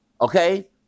Okay